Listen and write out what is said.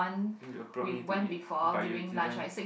you all brought me to eat but you didn't